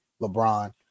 LeBron